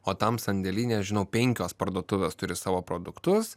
o tam sandėly nežinau penkios parduotuvės turi savo produktus